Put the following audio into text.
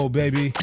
baby